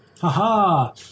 Ha-ha